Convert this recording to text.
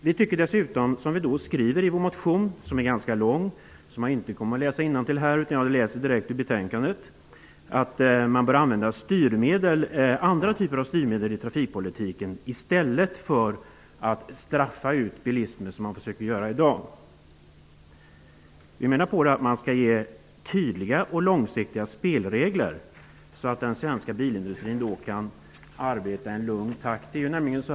Vi har en ganska lång motion. Jag skall inte läsa innantill ur den. Däremot tar jag fasta på betänkandet. Där står det att man bör använda andra typer av styrmedel i trafikpolitiken i stället för att straffa ut bilismen, som man försöker göra i dag. Vi menar att det behövs tydliga och långsiktiga spelregler så att den svenska bilindustrin kan arbeta i en lugn takt.